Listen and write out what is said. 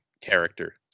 character